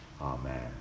Amen